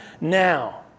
now